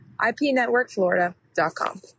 ipnetworkflorida.com